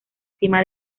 cima